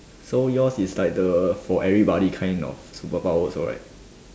so yours is like the for everybody kind of superpower also right